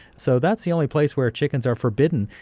so that's the only place where chickens are forbidden